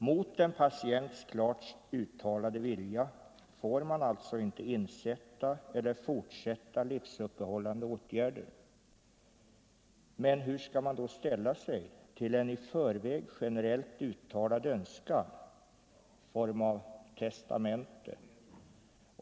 Mot en patients klart uttalade vilja får man alltså inte insätta eller fortsätta livsuppehållande åtgärder. Men hur skall man då ställa sig till en i förväg generellt uttalad önskan i form av testamente?